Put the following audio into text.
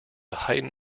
heighten